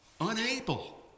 Unable